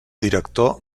director